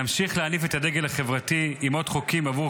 נמשיך להניף את הדגל החברתי עם עוד חוקים עבור